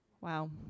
Wow